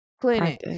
clinic